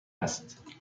است